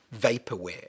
Vaporware